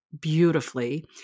beautifully